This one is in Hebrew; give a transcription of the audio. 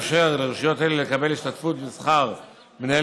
לאפשר לרשויות אלה לקבל השתתפות בשכר מנהל